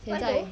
现在